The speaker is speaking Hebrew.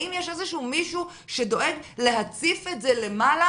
האם יש מישהו שדואג להציף את זה למעלה